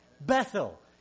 Bethel